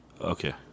okay